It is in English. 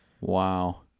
Wow